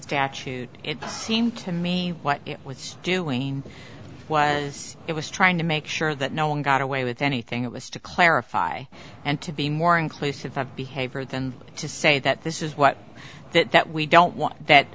statute it seemed to me what it was doing was it was trying to make sure that no one got away with anything it was to clarify and to be more inclusive of behavior than to say that this is what that that we don't want that